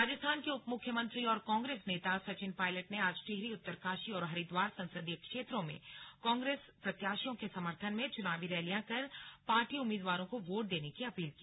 राजस्थान के उपमुख्यमंत्री और कांग्रेस नेता सचिन पायलट ने आज टिहरी उत्तरकाशी और हरिद्वार संसदीय क्षेत्रों में कांग्रेस प्रत्याशियों के समर्थन में चुनावी रैलियां कर पार्टी उम्मीदवारों को वोट देने की अपील की